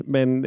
Men